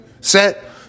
set